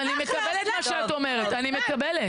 אני מקבלת מה שאת אומרת, אני מקבלת.